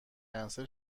کنسل